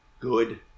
good